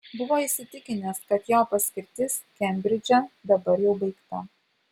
buvo įsitikinęs kad jo paskirtis kembridže dabar jau baigta